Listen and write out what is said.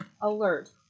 alert